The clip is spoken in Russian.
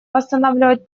восстанавливать